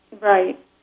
Right